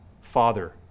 Father